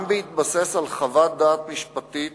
גם בהתבסס על חוות-דעת משפטית